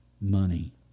money